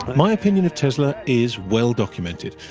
my opinion of tesla is well-documented,